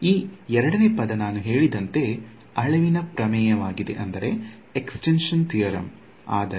ಈ ಎರಡನೇ ಪದ ನಾನು ಹೇಳಿದಂತೆ ಅಳಿವಿನ ಪ್ರಮೇಯ ವಾಗಿದೆ ಆದರೆ